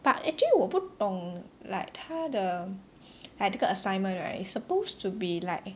but actually 我不懂 like 他的 like 这个 assignment right it's supposed to be like